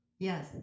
Yes